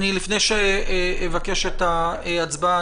לפני שאבקש את ההצבעה,